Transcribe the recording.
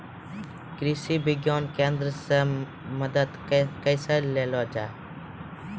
कृषि विज्ञान केन्द्रऽक से मदद कैसे लिया जाय?